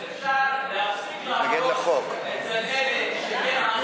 אפשר להפסיק להרוס לאלה שכן עשו שירות,